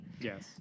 Yes